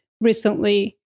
recently